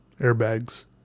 airbags